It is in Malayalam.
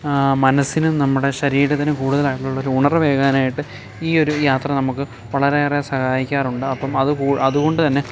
മനസ്സിനും നമ്മുടെ ശരീരത്തിനും കൂടുതലായിട്ടുള്ളൊരു ഉണർവേകാനയിട്ട് ഈയൊരു യാത്ര നമുക്ക് വളരെയേറെ സഹായിക്കാറുണ്ട് അപ്പം അത് അതുകൊണ്ടുതന്നെ